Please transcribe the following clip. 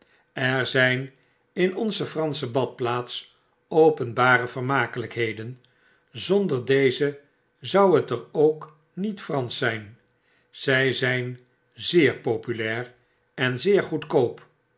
er zyn in onze fransche badplaats openbare vermakelykheden zonder deze zou het er ook niet fransch zyn zy zyn zeer populair en zeer goedkoop